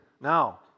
now